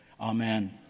Amen